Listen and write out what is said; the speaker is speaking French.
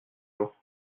jour